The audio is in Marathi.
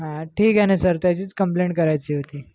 हा ठीक आहे ना सर त्याचीच कंम्प्लेंट करायची होती